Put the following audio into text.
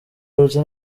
aherutse